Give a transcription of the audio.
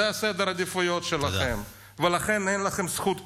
זה סדר העדיפויות שלכם, ולכן אין לכם זכות קיום.